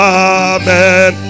amen